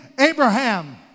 Abraham